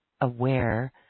aware